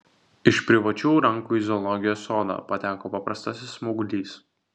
iš privačių rankų į zoologijos sodą pateko paprastasis smauglys